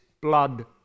Blood